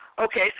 Okay